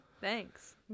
Thanks